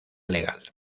legal